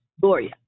Gloria